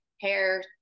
hair